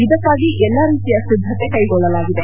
ಇದಕ್ಕಾಗಿ ಎಲ್ಲಾ ರೀತಿಯ ಸಿದ್ದತೆ ಕ್ಲೆಗೊಳ್ಳಲಾಗಿದೆ